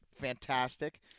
Fantastic